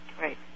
Right